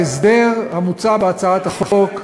ההסדר המוצע בהצעת החוק,